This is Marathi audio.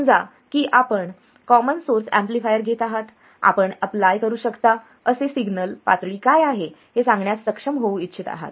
समजा की आपण कॉमन सोर्स एम्पलीफायर घेत आहात आपण अपलाय करू शकता असे सिग्नल पातळी काय आहे हे सांगण्यास सक्षम होऊ इच्छित आहात